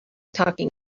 talking